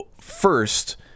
First